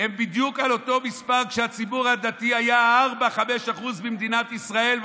הם בדיוק על אותו מספר כשהציבור הדתי היה 4%-5% ממדינת ישראל,